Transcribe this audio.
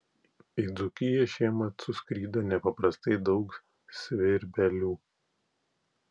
į dzūkiją šiemet suskrido nepaprastai daug svirbelių